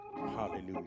Hallelujah